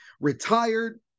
retired